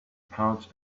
pouch